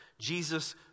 Jesus